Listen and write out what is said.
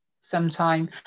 sometime